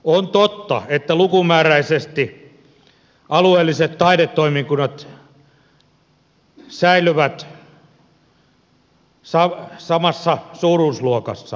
on totta että lukumääräisesti alueelliset taidetoimikunnat säilyvät samassa suuruusluokassa